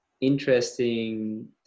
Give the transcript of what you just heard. interesting